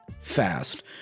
fast